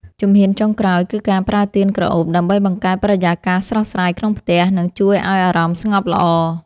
ជំហានចុងក្រោយគឺការប្រើទៀនក្រអូបដើម្បីបង្កើតបរិយាកាសស្រស់ស្រាយក្នុងផ្ទះ និង ជួយឱ្យអារម្មណ៍ស្ងប់ល្អ